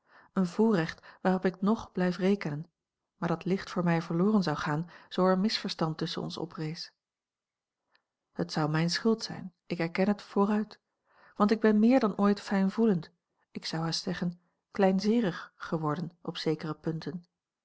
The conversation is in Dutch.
een voorrecht waarop ik ng blijf rekenen maar dat licht voor mij verloren zou gaan zoo er misverstand tusschen ons oprees het zou mijne schuld zijn ik erken het vooruit want ik ben meer dan ooit fijnvoelend ik zou haast zeggen kleinzeerig geworden op zekere punten